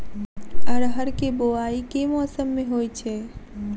अरहर केँ बोवायी केँ मौसम मे होइ छैय?